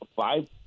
five